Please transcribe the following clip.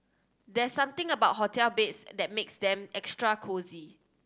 there's something about hotel beds that makes them extra cosy